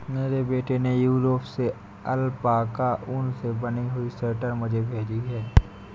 मेरे बेटे ने यूरोप से अल्पाका ऊन से बनी हुई स्वेटर मुझे भेजी है